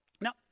Now